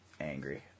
angry